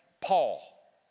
Paul